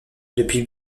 depuis